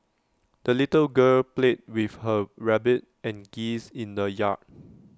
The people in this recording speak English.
the little girl played with her rabbit and geese in the yard